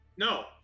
No